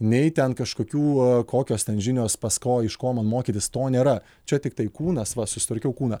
nei ten kažkokių kokios ten žinios pas ko iš ko man mokytis to nėra čia tiktai kūnas va susitvarkiau kūną